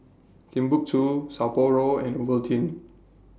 Timbuk two Sapporo and Ovaltine